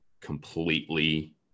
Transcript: completely